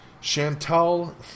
Chantal